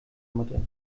mutter